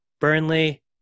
Burnley